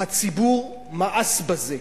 הציבור מאס בזה.